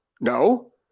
no